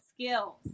skills